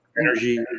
Energy